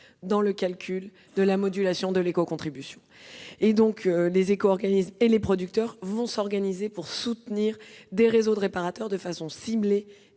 dans le calcul de la modulation de l'éco-contribution. Les éco-organismes et les producteurs vont s'organiser pour soutenir des réseaux de réparateurs de façon ciblée et